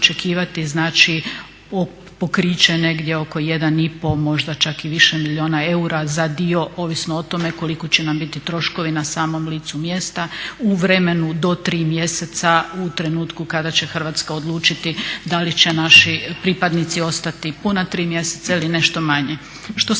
pokriće negdje oko 1,5 možda čak i više milijuna eura za dio ovisno o tome koliko će nam biti troškovi na samom licu mjesta u vremenu do tri mjeseca u trenutku kada će Hrvatska odlučiti da li će naši pripadnici ostati puna tri mjeseca ili nešto manje. Što se